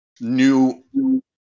new